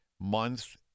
month